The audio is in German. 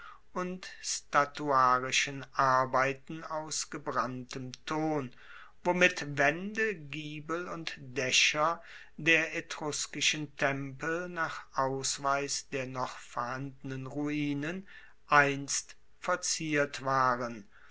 und statuarischen arbeiten aus gebranntem ton womit waende giebel und daecher der etruskischen tempel nach ausweis der noch vorhandenen ruinen einst verziert waren